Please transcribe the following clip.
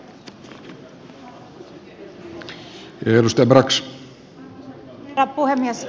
arvoisa herra puhemies